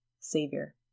Savior